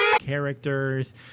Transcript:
characters